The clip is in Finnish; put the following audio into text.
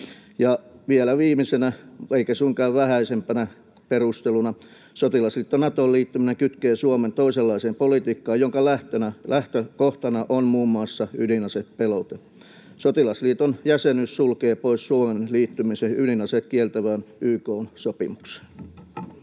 vielä viimeisenä eikä suinkaan vähäisimpänä perusteluna: Sotilasliitto Natoon liittyminen kytkee Suomen toisenlaiseen politiikkaan, jonka lähtökohtana on muun muassa ydinasepelote. Sotilasliiton jäsenyys sulkee pois Suomen liittymisen ydinaseet kieltävään YK:n sopimukseen.